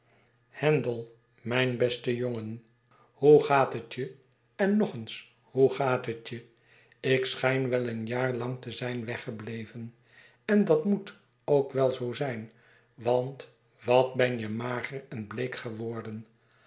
handel mijn beste jongen hoe gaat het je en nog eens hoe gaat het je ik schijn wel een jaar lang te zijn weggebleven en dat moet ook wel zoo zijn want wat ben je mager en bleek geworden